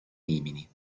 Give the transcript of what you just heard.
rimini